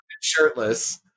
shirtless